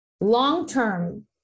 long-term